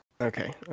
okay